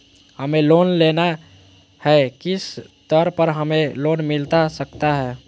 हमें लोन लेना है किस दर पर हमें लोन मिलता सकता है?